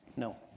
No